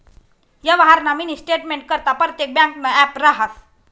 यवहारना मिनी स्टेटमेंटकरता परतेक ब्यांकनं ॲप रहास